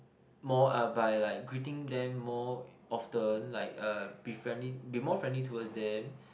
more uh by like greeting them more often like uh be friendly be more friendly towards them